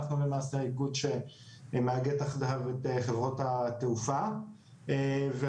אנחנו למעשה האיגוד שמאגד תחתיו את חברות התעופה ורק